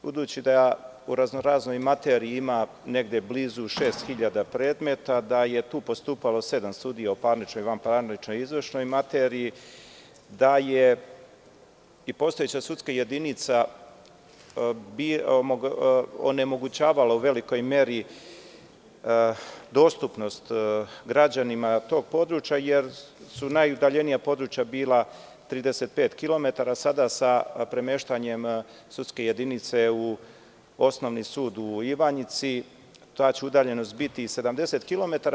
Budući da u raznoraznoj materiji ima negde blizu 6.000 predmeta, da je tu postupalo sedam sudija u parničnoj, vanparničnoj i izvršnoj materiji, da je i postojeća sudska jedinica onemogućavala u velikoj meri dostupnost građanima tog područja jer su najudaljenija područja bila 35 km, sada, sa premeštanjem sudske jedinice u osnovni sud u Ivanjici, ta će udaljenost biti 70 km.